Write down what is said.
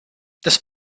this